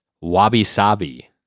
wabi-sabi